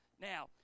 Now